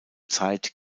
zeit